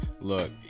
look